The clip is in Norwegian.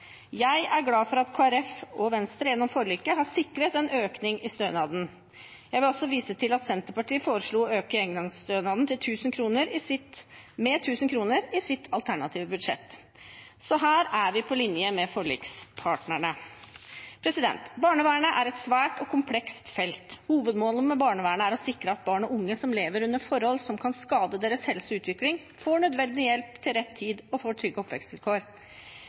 Jeg er glad for at Kristelig Folkeparti og Venstre gjennom forliket har sikret en økning i stønaden. Jeg vil også vise til at Senterpartiet i sitt alternative budsjett foreslo å øke engangsstønaden med 1 000 kr. Så her er vi på linje med forlikspartnerne. Barnevernet er et svært og komplekst felt. Hovedmålet med barnevernet er å sikre at barn og unge som lever under forhold som kan skade deres helse og utvikling, får nødvendig hjelp til rett tid og får trygge